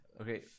okay